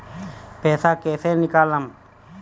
पैसा कैसे निकालम?